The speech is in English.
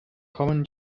common